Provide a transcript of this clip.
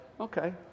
Okay